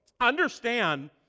understand